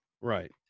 Right